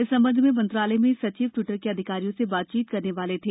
इस संबंध में मंत्रालय में सचिव ट्विटर के अधिकारियों से बातचीत करने वाले थे